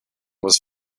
was